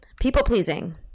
People-pleasing